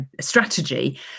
strategy